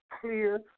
clear